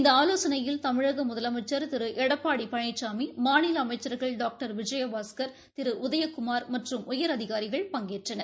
இந்த ஆலோசனையில் தமிழக முதலமைச்சர் திரு எடப்பாடி பழனிசாமி மாநில அமைச்சர்கள் டாக்டர் விஜயபாஸ்கர் திரு உதயகுமார் மற்றும் உயரதிகாரிகள் பங்கேற்றனர்